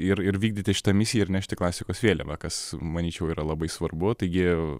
ir ir vykdyti šitą misiją ir nešti klasikos vėliavą kas manyčiau yra labai svarbu taigi